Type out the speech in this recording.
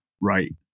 right